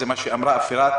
זה מה שאמרה אפרת.